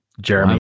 Jeremy